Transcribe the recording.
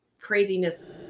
craziness